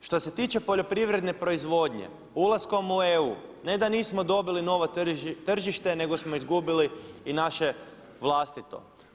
Što se tiče poljoprivredne proizvodnje ulaskom u EU ne da nismo dobili novo tržište nego smo izgubili i naše vlastito.